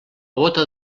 bóta